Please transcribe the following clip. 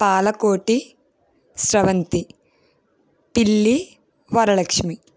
Palakoti Sravanthi Pilli Varalakshi